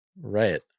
right